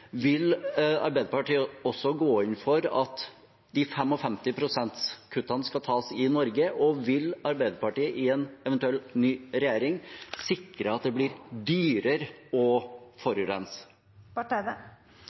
Vil Arbeiderpartiet også gå inn for at 55 pst.-kuttene skal tas i Norge, og vil Arbeiderpartiet i en eventuell ny regjering sikre at det blir dyrere å